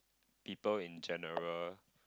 people in general